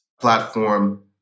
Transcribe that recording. platform